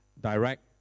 direct